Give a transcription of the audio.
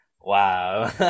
wow